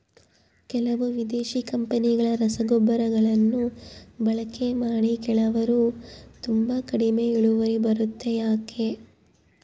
ಕೆಲವು ವಿದೇಶಿ ಕಂಪನಿಗಳ ರಸಗೊಬ್ಬರಗಳನ್ನು ಬಳಕೆ ಮಾಡಿ ಕೆಲವರು ತುಂಬಾ ಕಡಿಮೆ ಇಳುವರಿ ಬರುತ್ತೆ ಯಾಕೆ?